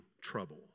trouble